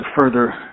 further